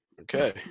Okay